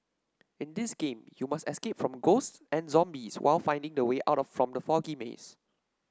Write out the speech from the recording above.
in this game you must escape from ghosts and zombies while finding the way out from the foggy maze